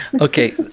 Okay